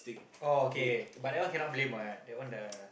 orh okay but that one cannot blame what that one the